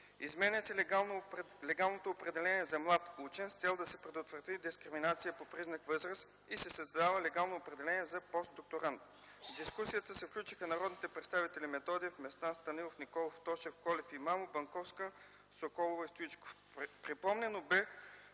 Изменя се легалното определение за „Млад учен”, с цел да се предотврати дискриминация по признак „възраст” и се създава легално определение за „постдокторант”. В дискусията се включиха народните представители Методиев, Местан, Станилов, Николов, Тошев, Колев, Имамов, Банковска, Соколова и Стоичков. Припомнено бе,